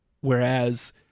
Whereas